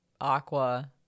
Aqua